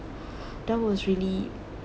that was really